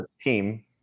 team